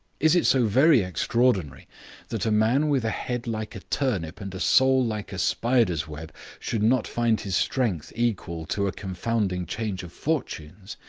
is it so very extraordinary that a man with a head like a turnip and a soul like a spider's web should not find his strength equal to a confounding change of fortunes?